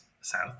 south